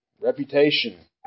reputation